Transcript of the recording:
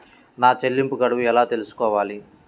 నా చెల్లింపు గడువు ఎలా తెలుసుకోవాలి?